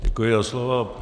Děkuji za slovo.